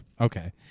Okay